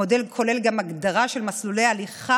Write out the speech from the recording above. המודל כולל גם הגדרה של מסלולי הליכה